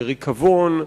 ריקבון,